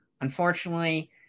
unfortunately